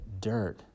dirt